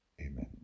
Amen